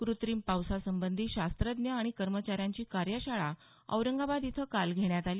क्रत्रिम पावसासंबंधी शास्त्रज्ञ आणि कर्मचाऱ्यांची कार्यशाळा औरंगाबाद इथं काल घेण्यात आली